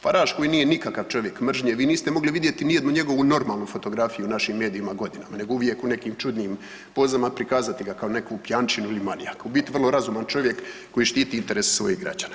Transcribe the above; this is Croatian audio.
Fagare koji nikakav čovjek mržnje, vi niste mogli vidjeti nijednu njegovu normalno fotografiju u našim medijima godinama, nego uvijek u nekim čudnim pozama, prikazati kao neku pijančinu ili manijaka, u biti vrlo razuman čovjek koji štiti interese svojih građana.